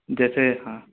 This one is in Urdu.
جیسے ہاں